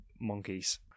monkeys